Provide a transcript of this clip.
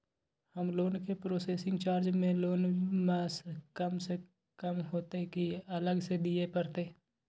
हमर लोन के processing charge loan म स कम होतै की अलग स दिए परतै?